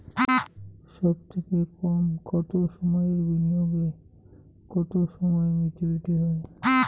সবথেকে কম কতো সময়ের বিনিয়োগে কতো সময়ে মেচুরিটি হয়?